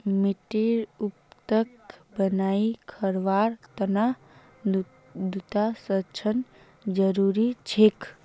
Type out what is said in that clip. मिट्टीर उर्वरता बनई रखवार तना मृदा संरक्षण जरुरी छेक